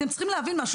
אתם צריכים להבין משהו.